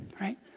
right